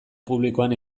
publikoan